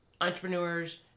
entrepreneurs